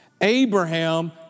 Abraham